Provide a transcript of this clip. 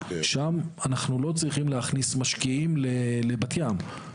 שם אנחנו לא צריכים להכניס משקיעים לבת ים.